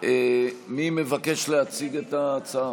מי מבקש להציג את ההצעה?